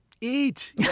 Eat